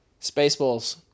Spaceballs